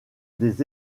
des